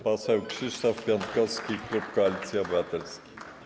Poseł Krzysztof Piątkowski, klub Koalicji Obywatelskiej.